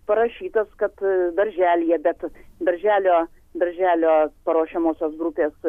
parašytas kad darželyje bet darželio darželio paruošiamosios grupės